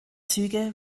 züge